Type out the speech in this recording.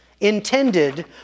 intended